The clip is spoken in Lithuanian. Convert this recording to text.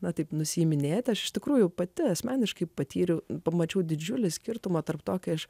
na taip nusiiminėti aš iš tikrųjų pati asmeniškai patyriau pamačiau didžiulį skirtumą tarp tokio aš